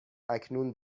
اکنون